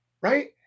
right